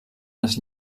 les